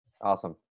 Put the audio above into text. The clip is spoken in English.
Awesome